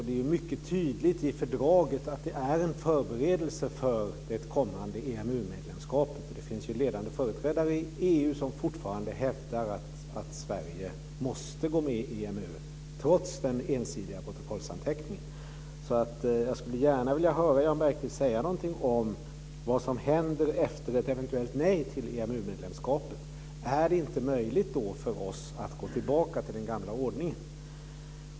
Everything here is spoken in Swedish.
Det är mycket tydligt i fördraget att det är en förberedelse för det kommande EMU-medlemskapet. Det finns ledande företrädare i EU som fortfarande hävdar att Sverige måste gå med i EMU trots den ensidiga protokollsanteckningen. Jag skulle gärna vilja höra Jan Bergqvist säga någonting om vad som händer efter ett eventuellt nej till EMU-medlemskapet. Är det då inte möjligt för oss att gå tillbaka till den gamla ordningen?